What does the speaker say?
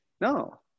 No